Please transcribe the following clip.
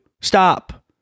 Stop